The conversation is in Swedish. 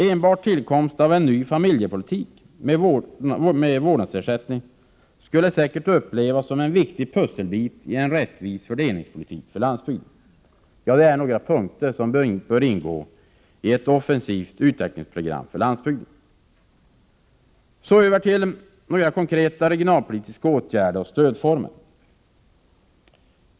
Enbart tillkomsten av en ny familjepolitik med vårdnadsersättning skulle säkert upplevas som en viktig pusselbit i en rättvis fördelningspolitik för landsbygden. Detta är alltså några punkter som bör ingå i ett offensivt utvecklingsprogram för landsbygden. Så över till några konkreta regionalpolitiska åtgärder och stödformer.